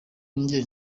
njye